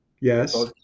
Yes